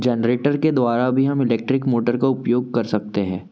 generator के द्वारा भी हम इलेक्ट्रिक मोटर का उपयोग कर सकते हैं